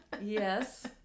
yes